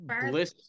bliss